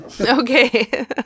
Okay